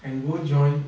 and go join